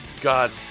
God